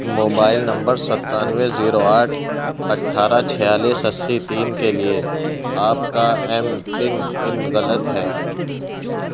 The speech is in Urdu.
موبائل نمبر ستانوے زیرو آٹھ اٹھارہ چھیالس اسی تین کے لیے آپ کا ایم پن ان غلط ہے